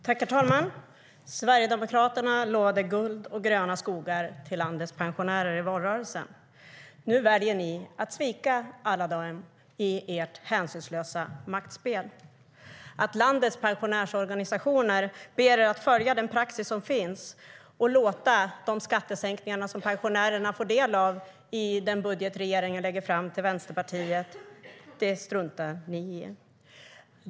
Herr talman! Sverigedemokraterna lovade guld och gröna skogar till landets pensionärer i valrörelsen. Nu väljer ni sverigedemokrater att svika alla dem i ert hänsynslösa maktspel. Att landets pensionärsorganisationer ber er att följa den praxis som finns och låta de skattesänkningar som pensionärerna får ta del av i den budget som regeringen lägger fram till riksdagen struntar ni i.